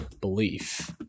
belief